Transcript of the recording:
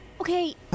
Okay